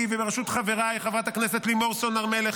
ובראשות חבריי חברת הכנסת לימור סון הר מלך,